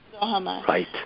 Right